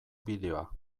bideoa